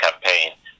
campaign